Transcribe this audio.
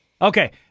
okay